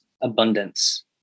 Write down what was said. abundance